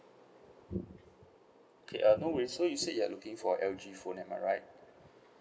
okay uh no worries so you said you're looking for L_G phone am I right